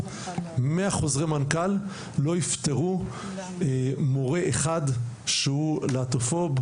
100 חוזרי מנכ"ל לא יפתרו מורה אחד שהוא להט"בופוב,